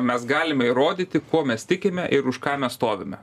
mes galime įrodyti kuo mes tikime ir už ką mes stovime